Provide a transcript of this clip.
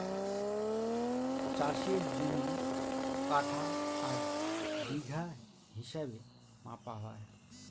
চাষের জমি কাঠা আর বিঘা হিসাবে মাপা হয়